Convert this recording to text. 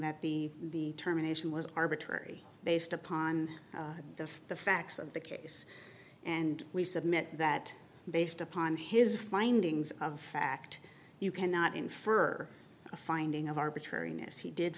that the terminations was arbitrary based upon the the facts of the case and we submit that based upon his findings of fact you cannot infer a finding of arbitrariness he did